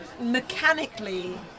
mechanically